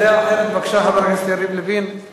דעה אחרת, חבר הכנסת יריב לוין, בבקשה.